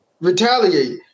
retaliate